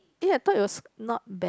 eh I thought yours not bad